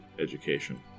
education